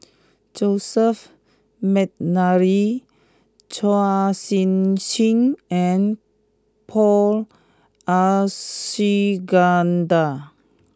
Joseph McNally Chua Sian Chin and Paul Abisheganaden